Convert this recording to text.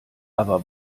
aber